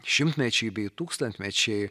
šimtmečiai bei tūkstantmečiai